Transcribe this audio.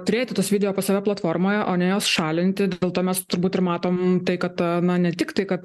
turėti tuos video pas save platformoje o ne juos šalinti dėl to mes turbūt ir matom tai kad ta na ne tiktai kad